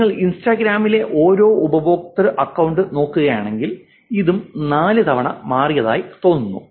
നിങ്ങൾ ഇൻസ്റ്റാഗ്രാമിലെ ഒരേ ഉപയോക്തൃ അക്കൌണ്ട് നോക്കുകയാണെങ്കിൽ ഇതും നാല് തവണ മാറിയതായി തോന്നുന്നു